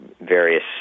various